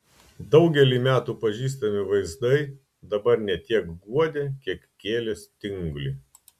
daugelį metų pažįstami vaizdai dabar ne tiek guodė kiek kėlė stingulį